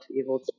evil